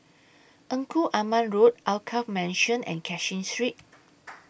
Engku Aman Road Alkaff Mansion and Cashin Street